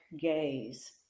gaze